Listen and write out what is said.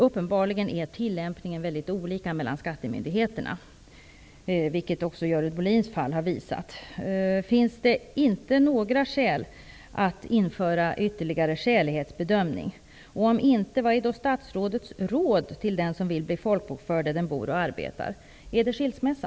Uppenbarligen är tillämpningen väldigt olika mellan skattemyndigheterna, vilket också Görel Bohlins fall har visat. Finns det inte några skäl att införa ytterligare skälighetsbedömning? Om inte: Vad är statsrådets råd till den som vill bli folkbokförd där personen i fråga bor och arbetar? Är det skilsmässa?